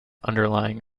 underlying